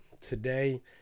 today